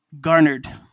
garnered